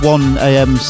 1am